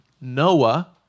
Noah